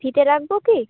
ফিতে রাখব কি